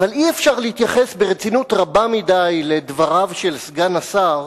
אי-אפשר להתייחס ברצינות רבה מדי לדבריו של סגן השר,